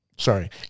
sorry